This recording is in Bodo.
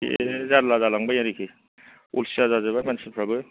बे जारला जालांबाय आरोखि अलसिया जाजोब्बाय मानसिफ्राबो